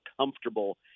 comfortable